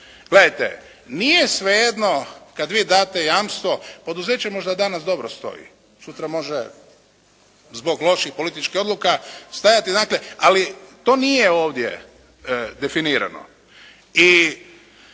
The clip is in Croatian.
Gledajte, nije svejedno kad vi date jamstvo, poduzeće možda danas dobro stoji, sutra može zbog loših političkih odluka stajati dakle, ali to nije ovdje definirano